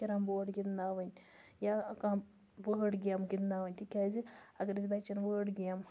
carrom board گِنٛدناوٕنۍ یا کانٛہہ وٲ گیم گِنٛدناوٕنۍ تکیازِ اَگَر أسۍ بَچَن وٲڈ گیم